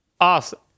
awesome